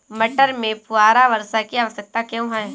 मटर में फुहारा वर्षा की आवश्यकता क्यो है?